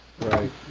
Right